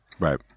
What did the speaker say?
Right